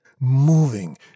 moving